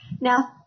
Now